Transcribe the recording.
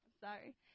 Sorry